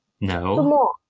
No